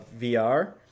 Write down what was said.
VR